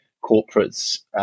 corporate's